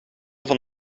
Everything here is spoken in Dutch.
van